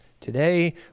today